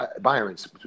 Byron's